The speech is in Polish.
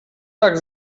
tak